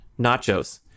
nachos